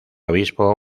obispo